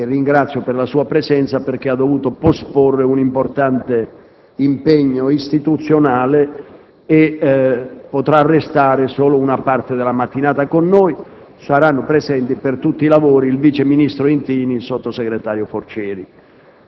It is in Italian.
che ringrazio per la sua presenza perché ha dovuto posporre un importante impegno istituzionale, il quale però potrà restare con noi solo una parte della mattinata, mentre saranno presenti per tutta la durata dei lavori il vice ministro Intini e il sottosegretario Forcieri.